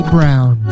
Brown